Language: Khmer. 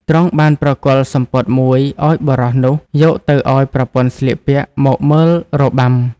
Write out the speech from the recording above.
ទ្រង់បានប្រគល់សំពត់មួយឱ្យបុរសនោះយកទៅឱ្យប្រពន្ធស្លៀកពាក់មកមើលរបាំ។